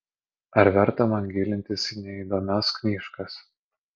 ar verta man gilintis į neįdomias knyžkas